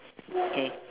K